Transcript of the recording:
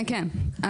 כן, כן.